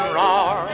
roar